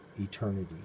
eternity